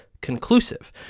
conclusive